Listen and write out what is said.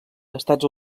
estats